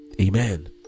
Amen